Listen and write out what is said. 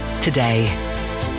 today